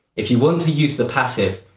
if you want to use the passive,